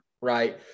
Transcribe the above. right